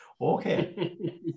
Okay